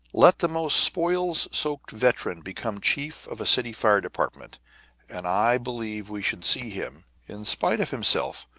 let the most spoils-soaked veteran become chief of a city fire department and i believe we should see him, in spite of himself,